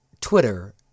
Twitter